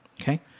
okay